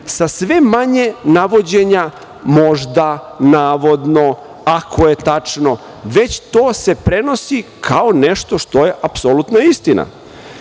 sa sve manje navođenja - možda, navodno, ako je tačno, već to se prenosi kao nešto što je apsolutna istina.